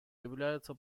является